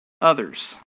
others